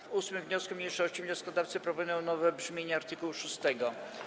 W 8. wniosku mniejszości wnioskodawcy proponują nowe brzmienie art. 6.